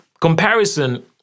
comparison